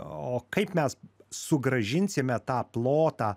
o kaip mes sugrąžinsime tą plotą